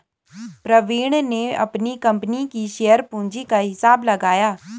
प्रवीण ने अपनी कंपनी की शेयर पूंजी का हिसाब लगाया